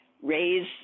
raise